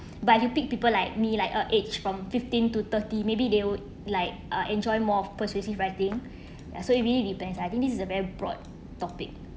but you pick people like me like a age from fifteen to thirty maybe they would like uh enjoy more persuasive writing so it really depends I think this is a very broad topic